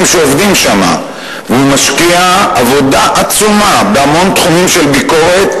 שעובדים שם והוא משקיע עבודה עצומה בהמון תחומים של ביקורת.